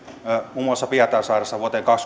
muun muassa pietarsaaressa vuoteen